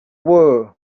world